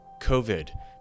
COVID